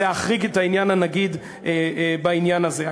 להחריג את הנגיד בעניין הזה.